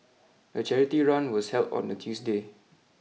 the charity run was held on a Tuesday